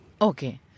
Okay